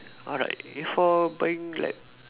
alright before buying like